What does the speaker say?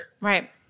Right